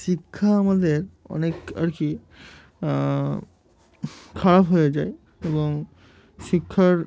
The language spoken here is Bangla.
শিক্ষা আমাদের অনেক আর কি খারাপ হয়ে যায় এবং শিক্ষার